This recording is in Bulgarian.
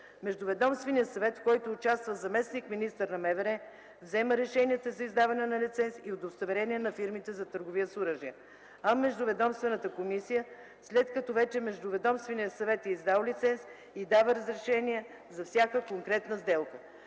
Междуведомственият съвет, в който участва заместник-министър на МВР, взема решенията за издаване на лиценз и удостоверение на фирмите за търговия с оръжие. А Междуведомствената комисия, след като вече Междуведомственият съвет е издал лиценз, издава разрешение за всяка конкретна сделка.